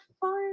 fun